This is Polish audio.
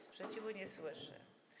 Sprzeciwu nie słyszę.